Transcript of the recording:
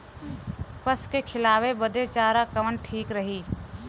पशु के खिलावे बदे चारा कवन ठीक रही?